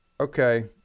Okay